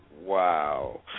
Wow